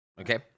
Okay